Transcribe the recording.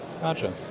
Gotcha